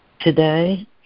Today